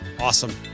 Awesome